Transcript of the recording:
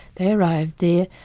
they arrived there,